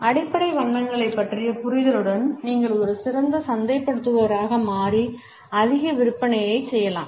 அடிப்படை வண்ணங்களைப் பற்றிய புரிதலுடன் நீங்கள் ஒரு சிறந்த சந்தைப்படுத்துபவராக மாறி அதிக விற்பனையைச் செய்யலாம்